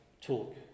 talk